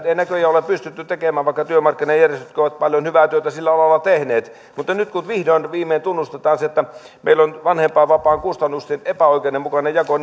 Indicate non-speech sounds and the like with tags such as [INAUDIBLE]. [UNINTELLIGIBLE] ei näköjään ole pystytty tekemään vaikka työmarkkinajärjestötkin ovat paljon hyvää työtä sillä alalla tehneet mutta nyt kun vihdoin ja viimein tunnustetaan se että meillä on vanhempainvapaan kustannusten epäoikeudenmukainen jako [UNINTELLIGIBLE]